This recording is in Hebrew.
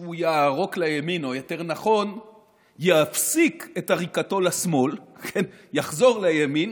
שהוא יערוק לימין או יותר נכון יפסיק את עריקתו לשמאל יחזור לימין,